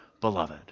beloved